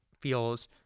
feels